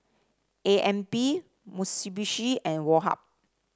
A M B Mitsubishi and Woh Hup